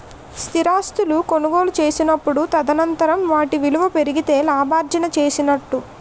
స్థిరాస్తులు కొనుగోలు చేసినప్పుడు తదనంతరం వాటి విలువ పెరిగితే లాభార్జన చేసినట్టు